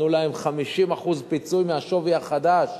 נתנו להם 50% פיצוי מהשווי החדש,